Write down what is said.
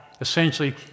Essentially